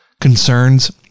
concerns